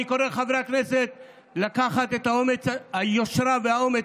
אני קורא לחברי הכנסת לקחת את היושרה והאומץ